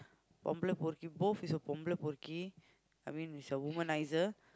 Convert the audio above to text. both is a I mean is a womanizer